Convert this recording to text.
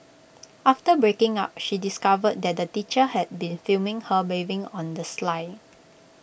after breaking up she discovered that the teacher had been filming her bathing on the sly